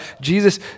Jesus